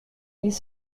ils